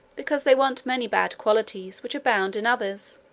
because they want many bad qualities which abound in others.